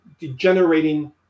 degenerating